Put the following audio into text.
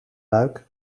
luik